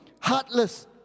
heartless